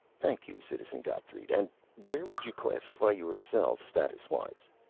thank you, citizen gotthreid. and where would you classify yourself statuswise?